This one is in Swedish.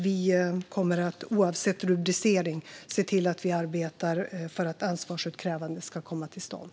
Vi kommer oavsett rubricering att se till att arbeta för att ansvarsutkrävande ska komma till stånd.